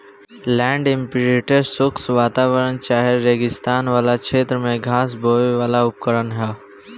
land imprinter शुष्क वातावरण चाहे रेगिस्तान वाला क्षेत्र में घास बोवेवाला उपकरण ह